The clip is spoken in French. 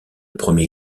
premier